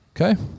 Okay